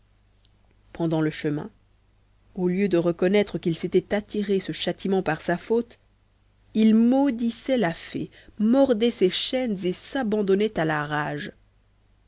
pendant le chemin au lieu de reconnaître qu'il s'était attiré ce châtiment par sa faute il maudissait la fée il mordait ses chaînes et s'abandonnait à la rage